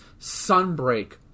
Sunbreak